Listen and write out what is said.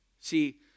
See